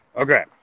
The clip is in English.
okay